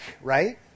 right